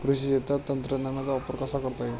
कृषी क्षेत्रात तंत्रज्ञानाचा वापर कसा करता येईल?